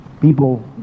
people